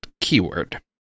keyword